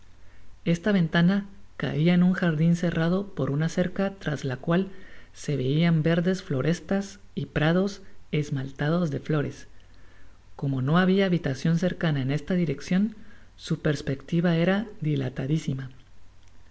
esta ventana caia en un jardin cerrado por una cerca tras la cual se veian verdes florestas y prados esmaltados de flores como no habia habitacion cercana en esta direccion su perspectiva era dilatadisima